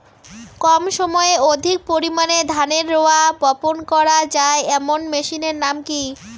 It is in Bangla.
কম সময়ে অধিক পরিমাণে ধানের রোয়া বপন করা য়ায় এমন মেশিনের নাম কি?